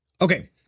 Okay